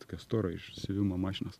tokią storą iš siuvimo mašinos